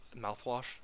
mouthwash